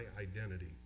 identity